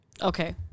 Okay